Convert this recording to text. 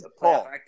Paul